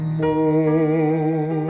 more